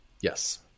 Yes